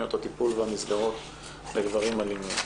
לגברים אלימים.